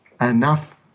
enough